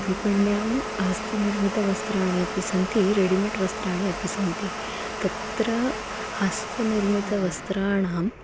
विपण्यां हस्तनिर्मितवस्त्राणि अपि सन्ति रेडिमेड् वस्त्राणि अपि सन्ति तत्र हस्तनिर्मितवस्त्राणां